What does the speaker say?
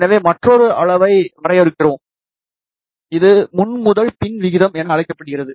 எனவே மற்றொரு அளவை வரையறுக்கிறோம் இது முன் முதல் பின் விகிதம் என அழைக்கப்படுகிறது